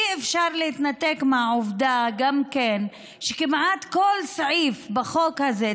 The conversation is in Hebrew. אי-אפשר להתנתק גם מהעובדה שכמעט כל סעיף בחוק הזה,